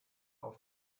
auf